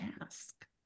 ask